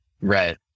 Right